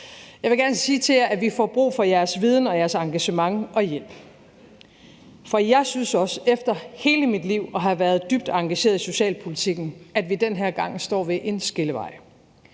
Jeg vil gerne sige til jer, at vi får brug for jeres viden og jeres engagement og hjælp, for jeg synes også efter i hele mit liv at have været engageret i socialpolitikken, at vi den her gang står ved en skillevej.